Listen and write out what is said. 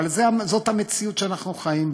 אבל זאת המציאות שאנחנו חיים,